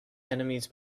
enemies